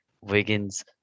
Wiggins